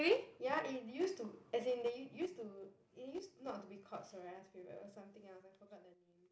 ya it used to as in they use to it use to not to be called Soraya's favorite it was something else I forgot the name